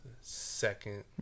second